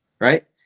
right